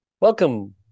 welcome